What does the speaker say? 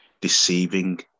deceiving